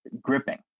gripping